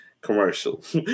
commercials